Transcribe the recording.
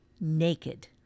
naked